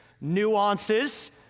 nuances